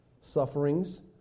sufferings